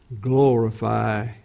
glorify